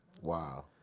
Wow